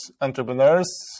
entrepreneurs